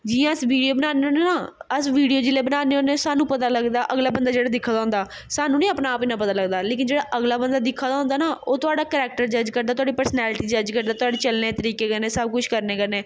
जि'यां अस वीडियो बनान्ने होन्नें ना अस वीडियो जिल्लै बनान्ने होन्नें सानूं पता लग्गदा अगला बंदा जेह्ड़ा दिक्खा दा होंदा सानूं निं अपना आप इन्ना पता लग्गदा लेकिन जेह्ड़ा अगला बंदा दिक्खा दा होंदा ना ओह् तोआढ़ा करैक्टर जज करदा तोआढ़ी परसनैल्टी जज करदा तोआढ़े चलने दे तरीके कन्नै सब कुछ करने कन्नै